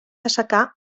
assecar